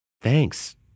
Thanks